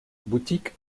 boutiques